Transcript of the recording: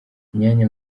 imyanya